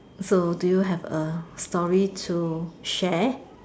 so do you have a story to share